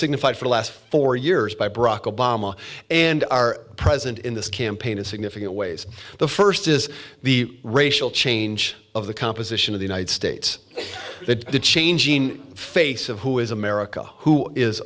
signified for the last four years by barack obama and our president in this campaign is significant ways the first is the racial change of the composition of the united states that the changing face of who is america who is